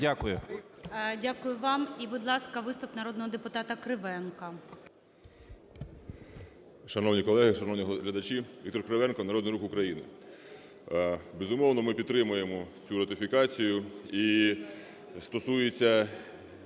Дякую вам. І, будь ласка, виступ народного депутата Кривенка. 11:32:32 КРИВЕНКО В.М. Шановні колеги! Шановні глядачі! Віктор Кривенко, Народний Рух України. Безумовно, ми підтримуємо цю ратифікацію. І стосується